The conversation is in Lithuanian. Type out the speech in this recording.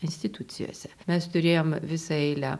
institucijose mes turėjom visą eilę